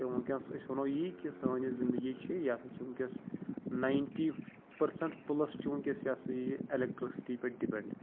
تہٕ وٕنۍکٮ۪س أسۍ وَنو یی کہِ سٲنۍ یۄس زِندگی چھِ یہِ ہسا چھِ وٕنۍکٮ۪س نایِنٹی پٔرسَنٹ پٕلَس چھِ وٕنۍکٮ۪س یہِ ہسا یہِ اِلیٚکٹرسِٹی پٮ۪ٹھ ڈِپیٚنڈ